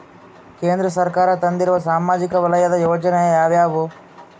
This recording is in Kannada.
ಕೇಂದ್ರ ಸರ್ಕಾರ ತಂದಿರುವ ಸಾಮಾಜಿಕ ವಲಯದ ಯೋಜನೆ ಯಾವ್ಯಾವು?